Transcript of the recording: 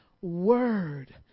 word